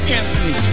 Anthony